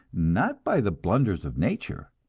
not by the blunders of nature,